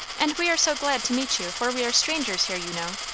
and we are so glad to meet you for we are strangers here, you know.